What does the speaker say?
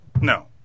No